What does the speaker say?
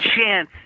chance